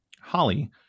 Holly